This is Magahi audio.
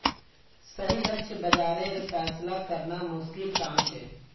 सही लक्ष्य बाज़ारेर फैसला करना मुश्किल काम छे